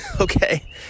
okay